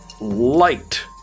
light